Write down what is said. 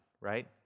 right